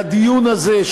לדיון הזה,